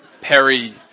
Perry